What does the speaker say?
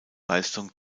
leistung